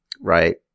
Right